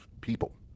people